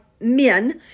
Men